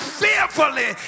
fearfully